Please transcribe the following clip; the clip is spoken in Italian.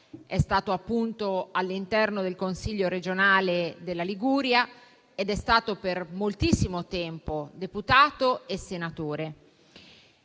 È stato, appunto, componente del Consiglio regionale della Liguria ed è stato per moltissimo tempo deputato e senatore.